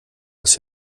was